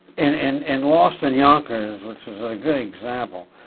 and in in lost in yonkers, which was a good example